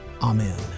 Amen